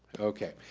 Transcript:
okay,